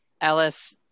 Alice